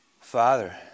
Father